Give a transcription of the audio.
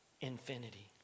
infinity